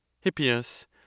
Hippias